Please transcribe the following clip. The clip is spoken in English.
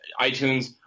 itunes